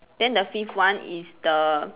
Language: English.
then the fifth one is the